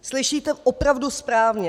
Slyšíte opravdu správně.